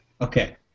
Okay